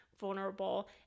vulnerable